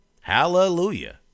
Hallelujah